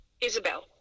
Isabel